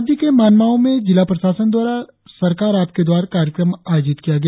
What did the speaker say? राज्य के मानमाओ में जिला प्रशासन द्वारा सरकार आपके द्वार कार्यक्रम आयोजित किया गया